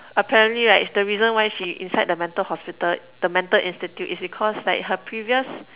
apparently right the reason why she inside the mental hospital the mental institute is because like her previous